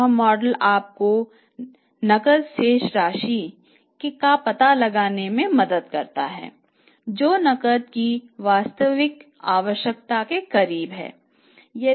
यह मॉडल आपको नकद शेष राशि का पता लगाने में मदद करता है जो नकद की वास्तविक आवश्यकता के करीब है